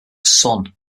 son